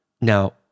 Now